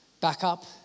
backup